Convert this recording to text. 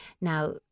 Now